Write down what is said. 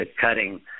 cutting